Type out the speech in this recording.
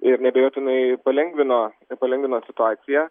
ir neabejotinai palengvino palengvino situaciją